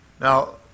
Now